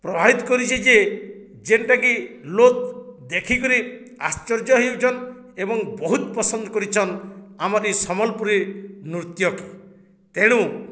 ପ୍ରଭାବିତ କରିଛି ଯେ ଯେନ୍ଟାକି ଲୋକ୍ ଦେଖିକରି ଆଶ୍ଚର୍ଯ୍ୟ ହଉଛନ୍ ଏବଂ ବହୁତ ପସନ୍ଦ କରିଛନ୍ ଆମର ଏ ସମ୍ବଲପୁରୀ ନୃତ୍ୟକ ତେଣୁ